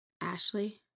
Ashley